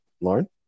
lauren